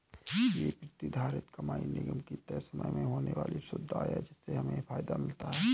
ये प्रतिधारित कमाई निगम की तय समय में होने वाली शुद्ध आय है जिससे हमें फायदा मिलता है